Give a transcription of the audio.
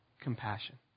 compassion